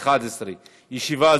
בשעה 11:00.